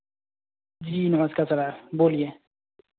जी नमस्कार सर बोलिए